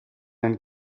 and